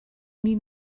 need